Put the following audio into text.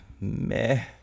meh